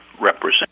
represent